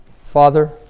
Father